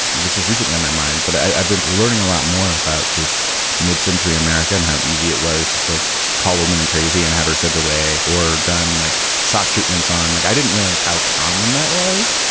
this was recently on my mind, but i've been learning a lot more about just mid-century america and how easy it was, just like kallman and crazy and have her sent away or done like shock treatments on like i didn't realize how common that was.